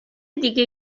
دیگه